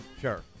Sure